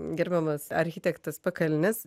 gerbiamas architektas pakalnis